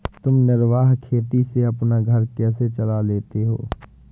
तुम निर्वाह खेती से अपना घर कैसे चला लेते हो?